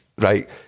Right